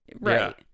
Right